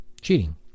cheating